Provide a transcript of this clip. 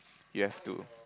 you have to